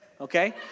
okay